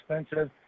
expensive